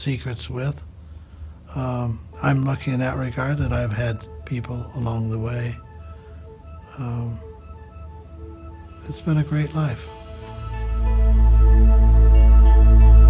secrets with i'm lucky in that regard that i've had people along the way it's been a great life